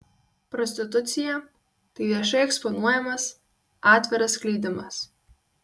prostitucija tai viešai eksponuojamas atviras skleidimas